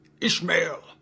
Ishmael